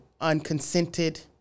unconsented